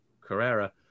Carrera